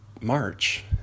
March